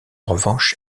revanche